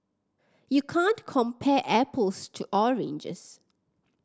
you can't compare apples to oranges